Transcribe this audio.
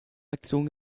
aktion